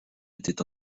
était